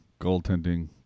goaltending